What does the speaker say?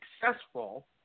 successful